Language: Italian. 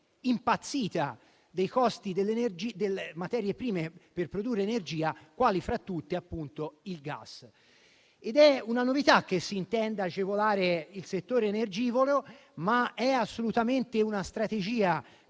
impazzita delle materie prime per produrre energia, quale fra tutte, appunto, il gas. È una novità che si intenda agevolare il settore energivoro, ma è assolutamente una strategia